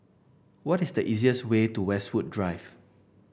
what is the easiest way to Westwood Drive